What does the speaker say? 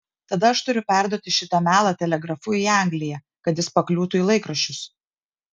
tada aš turiu perduoti šitą melą telegrafu į angliją kad jis pakliūtų į laikraščius